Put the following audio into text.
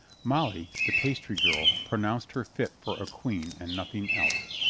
molly, the pastry girl, pronounced her fit for a queen and nothing else.